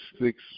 six